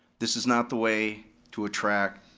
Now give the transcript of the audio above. this is not the way to attract